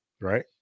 Right